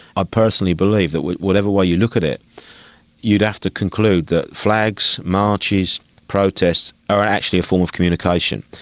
ah personally believe that whatever way you look at it you'd have to conclude that flags, marches, protests are actually a form of communication,